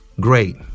Great